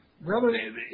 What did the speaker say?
Brother